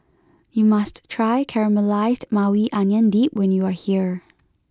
you must try Caramelized Maui Onion Dip when you are here